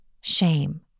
shame